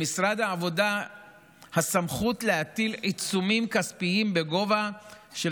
למשרד העבודה הסמכות להטיל עיצומים כספיים בגובה של